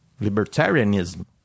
libertarianism